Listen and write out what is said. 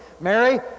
Mary